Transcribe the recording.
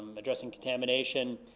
addressing contamination,